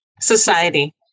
Society